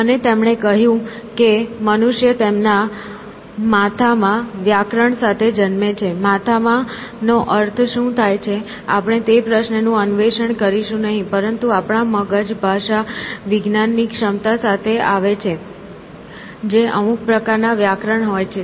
અને તેમણે કહ્યું કે મનુષ્ય તેમના માથામાં વ્યાકરણ સાથે જન્મે છે "માથામાં" નો અર્થ શું થાય છે આપણે તે પ્રશ્ન નું અન્વેષણ કરીશું નહીં પરંતુ આપણા મગજ ભાષા વિજ્ઞાન ની ક્ષમતા સાથે આવે છે જે અમુક પ્રકારના વ્યાકરણ હોય છે